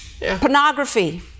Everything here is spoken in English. Pornography